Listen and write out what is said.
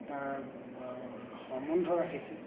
তাৰ সম্বন্ধ ৰাখিছে